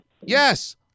Yes